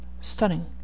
Stunning